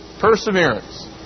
Perseverance